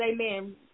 amen